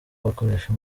bakoresha